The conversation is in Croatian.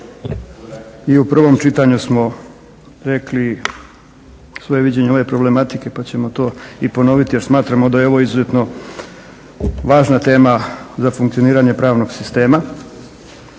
i u prvom čitanju smo rekli svoje viđenje ove problematike, pa ćemo to i ponoviti jer smatramo da je ovo izuzetno važna tema za funkcioniranje pravnog sistema.